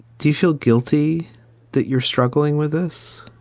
do you feel guilty that you're struggling with this?